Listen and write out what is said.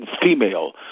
female